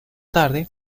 tarde